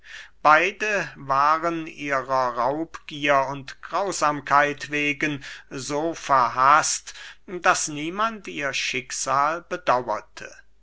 beide waren ihrer raubgier und grausamkeit wegen so verhaßt daß niemand ihr schicksal bedauerte